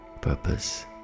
purpose